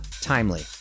timely